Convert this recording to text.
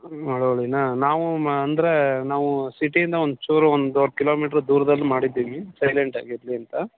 ಮಳ್ವಳ್ಳಿನಾ ನಾವು ಮ ಅಂದರೆ ನಾವು ಸಿಟಿಯಿಂದ ಒಂದು ಚೂರು ಒಂದೂವರೆ ಕಿಲೋಮೀಟ್ರ್ ದೂರದಲ್ಲಿ ಮಾಡಿದ್ದೀವಿ ಸೈಲೆಂಟಾಗಿರಲಿ ಅಂತ